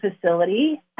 facility